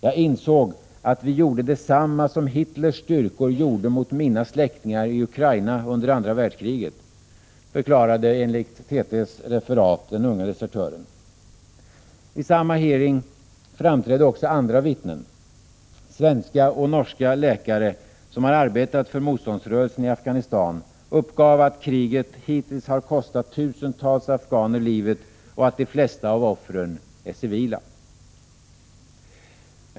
”Jag insåg att vi gjorde detsamma som Hitlers styrkor gjorde mot mina släktingar i Ukraina under andra världskriget”, förklarade enligt TT:s referat den unge desertören. Vid samma hearing framträdde också andra vittnen. Svenska och norska läkare som har arbetat för motståndsrörelsen i Afghanistan uppgav att kriget hittills har kostat tusentals afghaner livet och att de flesta av offren är civila.